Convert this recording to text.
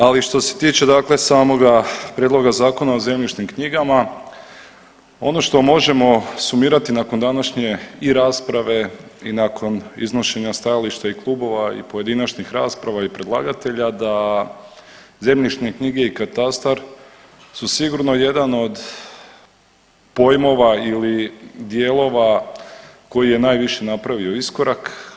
Ali što se tiče dakle samoga Prijedloga zakona o zemljišnim knjigama ono što možemo sumirati nakon današnje i rasprave i nakon iznošenja stajališta i klubova i pojedinačnih rasprava i predlagatelja da zemljišne knjige i katastar su sigurno jedan od pojmova ili dijelova koji je najviše napravio iskorak.